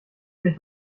mich